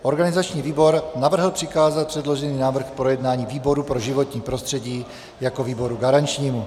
Organizační výbor navrhl přikázat předložený návrh k projednání výboru pro životní prostředí jako výboru garančnímu.